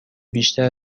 بیشتر